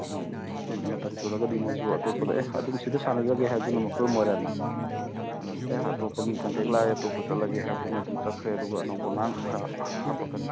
ꯃꯣꯏ ꯃꯇꯝ ꯁꯨꯔꯒꯗꯤ ꯃꯈꯣꯏꯁꯨ ꯑꯇꯣꯞꯄꯗ ꯑꯦꯍ ꯑꯗꯨꯝ ꯁꯤꯗ ꯁꯥꯟꯅꯖꯒꯦ ꯍꯥꯏꯕꯗꯨꯅ ꯃꯈꯜ ꯑꯃ ꯑꯣꯏꯔꯦꯗꯅ ꯑꯗꯨꯝ ꯑꯦꯍ ꯑꯇꯣꯞꯄꯒꯤ ꯀꯟꯇꯦꯛ ꯂꯥꯛꯑꯦ ꯑꯇꯣꯞꯄꯗ ꯆꯠꯂꯒꯦ ꯍꯥꯏꯕꯗꯨꯅ ꯑꯗꯨꯝ ꯆꯠꯈ꯭ꯔꯦ ꯑꯗꯨꯒ ꯑꯅꯧꯕ ꯑꯉꯥꯡ ꯈꯔ ꯍꯥꯞꯄꯛꯀꯅꯤ